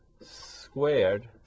squared